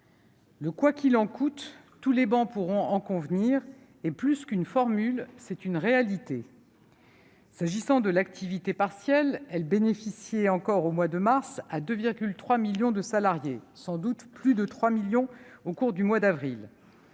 Le « quoi qu'il en coûte », toutes les travées pourront en convenir, est plus qu'une formule : c'est une réalité ! S'agissant de l'activité partielle, elle bénéficiait encore, au mois de mars, à 2,3 millions de salariés, et sans doute à plus de 3 millions au cours du mois d'avril.